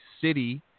city